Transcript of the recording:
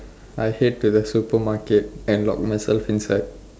I head to the supermarket and lock myself inside